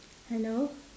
hello